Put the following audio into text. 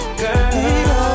girl